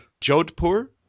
Jodhpur